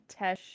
tesh